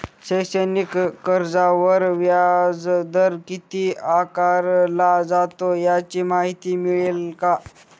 शैक्षणिक कर्जावर व्याजदर किती आकारला जातो? याची माहिती मिळेल का?